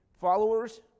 followers